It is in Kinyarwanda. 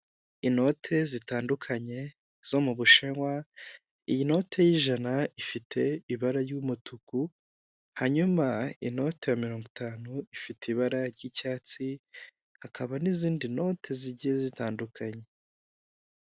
Inote zitandukanye zo mu Bushinwa, iyi note y'ijana ifite ibara ry'umutuku, hanyuma inoti ya mirongo itanu ifite ibara ry'icyatsi, hakaba n'izindi note zigiye zitandukanye.